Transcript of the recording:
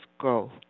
go